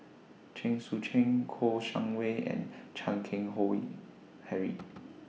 Chen Sucheng Kouo Shang Wei and Chan Keng Howe Harry